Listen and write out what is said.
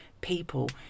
people